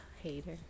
hater